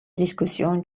diskussion